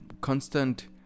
constant